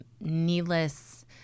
needless